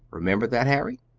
remember that, harry?